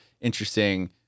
interesting